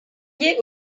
liée